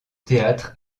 théâtre